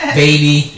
baby